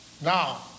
Now